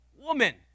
woman